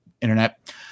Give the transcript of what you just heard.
Internet